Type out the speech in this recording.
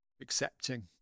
accepting